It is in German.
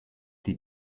die